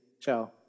Ciao